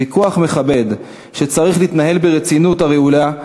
להיות ויכוח מכבד שצריך להתנהל ברצינות הראויה,